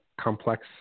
complex